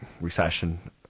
recession